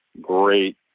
great